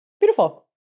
Beautiful